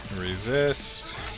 Resist